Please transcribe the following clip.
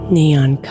neon